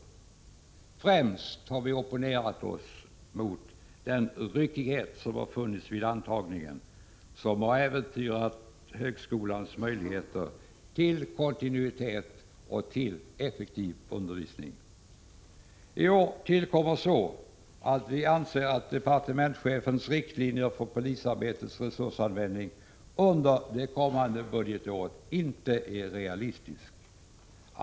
Vi har främst opponerat oss mot den ryckighet som har funnits vid antagningen och som har äventyrat högskolans möjligheter till kontinuitet och till effektiv undervisning. I år tillkommer att vi anser att departementschefens riktlinjer för polisens resursanvändning under det kommande budgetåret inte är realistiska.